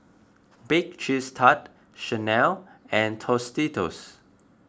Bake Cheese Tart Chanel and Tostitos